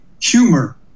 humor